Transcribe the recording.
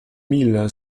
mille